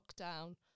lockdown